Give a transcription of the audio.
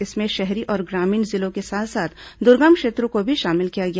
इसमें शहरी और ग्रामीण जिलों के साथ साथ दुर्गम क्षेत्रों को भी शामिल किया गया